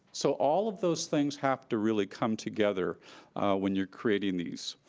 so, all of those things have to really come together when you're creating these.